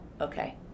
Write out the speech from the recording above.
okay